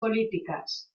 políticas